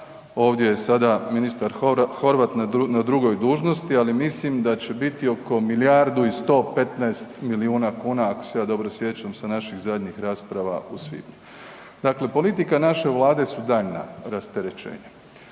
ovdje je sada ministar Horvat na drugoj dužnosti, ali mislim da će biti oko milijardi i 115 milijuna kuna, ako se ja dobro sjećam sa naših zadnjih rasprava u svibnju. Dakle, politika naše Vlade su daljnja rasterećenja.